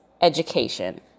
education